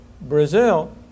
Brazil